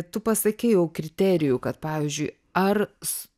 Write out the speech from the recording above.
tu pasakei jau kriterijų kad pavyzdžiui ar s